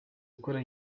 gukora